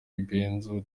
benzo